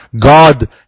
God